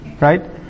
Right